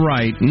Right